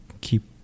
keep